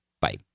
Bye